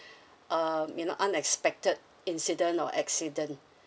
um you know unexpected incident or accident